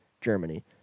Germany